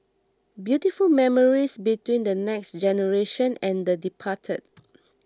beautiful memories between the next generation and the departed